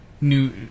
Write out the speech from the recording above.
new